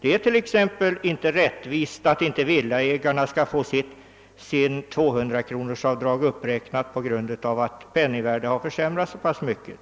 Det är t.ex. inte rättvist att villaägarna inte skall få sitt 200-kronorsavdrag uppräknat i anledning av penningvärdeförsämringen.